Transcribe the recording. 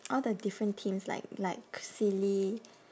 all the different themes like like silly